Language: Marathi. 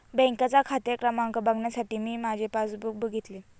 बँकेचा खाते क्रमांक बघण्यासाठी मी माझे पासबुक बघितले